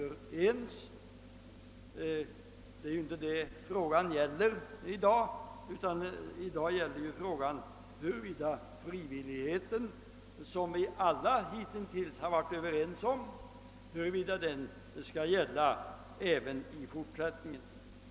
Men det är ju inte detta frågan gäller i dag, utan den gäller huruvida frivilligheten, som vi alla hitintills har varit eniga om, skall tillämpas även i fortsättningen.